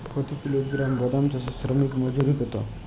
প্রতি কিলোগ্রাম বাদাম চাষে শ্রমিক মজুরি কত?